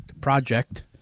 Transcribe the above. Project